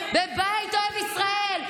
בבית אוהב ישראל.